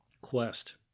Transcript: quest